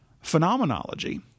Phenomenology